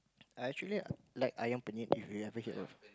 I actually like Ayam-Penyet if you ever heard of